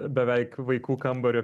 beveik vaikų kambario